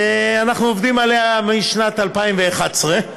שאנחנו עובדים עליה משנת 2011,